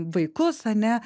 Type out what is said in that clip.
vaikus ane